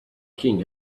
king